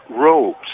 robes